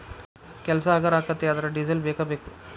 ಕೆಲಸಾ ಹಗರ ಅಕ್ಕತಿ ಆದರ ಡಿಸೆಲ್ ಬೇಕ ಬೇಕು